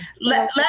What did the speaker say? Let